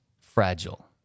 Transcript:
fragile